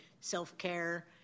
self-care